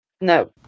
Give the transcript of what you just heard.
no